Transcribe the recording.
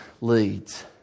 leads